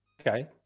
Okay